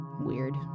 Weird